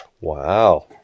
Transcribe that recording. Wow